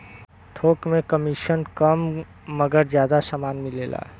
थोक में कमिसन कम मगर जादा समान मिलेला